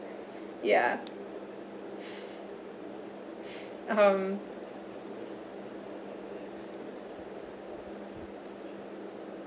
ya um